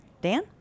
Dan